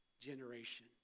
generation